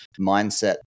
mindset